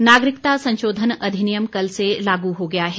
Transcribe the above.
अधिनियम नागरिकता संशोधन अधिनियम कल से लागू हो गया है